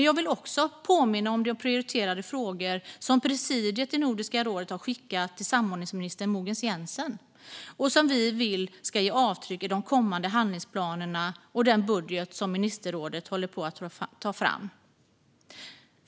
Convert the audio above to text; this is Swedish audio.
Jag vill också påminna om de prioriterade frågor som presidiet i Nordiska rådet har skickat till samordningsminister Mogens Jensen och som vi vill ska ge avtryck i de kommande handlingsplanerna och den budget som ministerrådet håller på att ta fram.